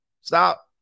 Stop